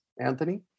Anthony